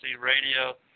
Radio